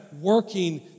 working